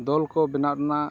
ᱫᱚᱞᱠᱚ ᱵᱮᱱᱟᱜ ᱨᱮᱱᱟᱜ